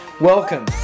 Welcome